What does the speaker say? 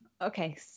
Okay